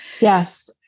Yes